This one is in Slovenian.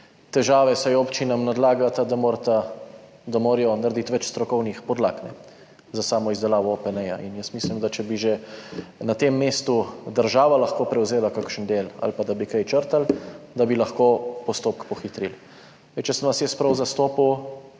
težave, saj občinam nalagata, da morajo narediti več strokovnih podlag za samo izdelavo OPN. Mislim, da če bi že na tem mestu država lahko prevzela kakšen del ali pa bi kaj črtali, bi lahko postopek pohitrili. Če sem vas jaz prav razumel,